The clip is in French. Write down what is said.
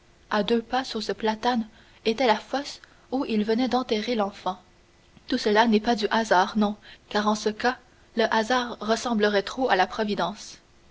à deux pas sous ce platane était la fosse où il venait d'enterrer l'enfant tout cela n'est pas du hasard non car en ce cas le hasard ressemblerait trop à la providence